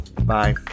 bye